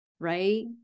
Right